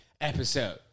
episode